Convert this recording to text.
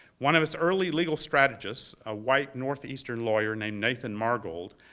one of its early legal strategists, a white northeastern lawyer named nathan margold,